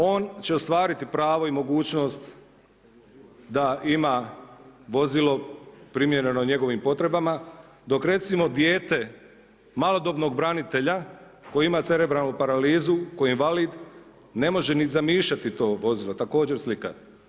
On će ostvariti pravo i mogućnost da ima vozilo primjereno njegovim potrebama dok recimo dijete malodobno branitelja koje ima cerebralnu paralizu, koje je invalid, ne može ni zamišljati to vozilo, također slika.